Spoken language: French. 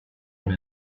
mais